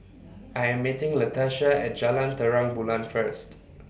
I Am meeting Latasha At Jalan Terang Bulan First